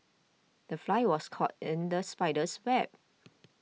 the fly was caught in the spider's web